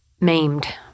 maimed